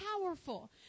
powerful